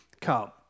come